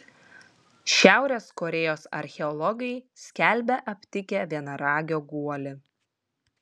šiaurės korėjos archeologai skelbia aptikę vienaragio guolį